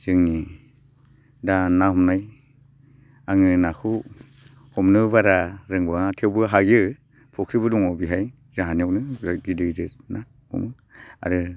जोंनि दा ना हमनाय आङो नाखौ हमनो बारा रोंबाङा थेवबो हायो फुख्रिबो दङ बेहाय जाहानियावनो बेराद गिदिर गिदिर ना हमो आरो